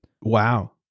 Wow